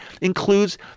includes